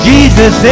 Jesus